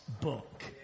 book